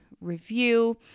review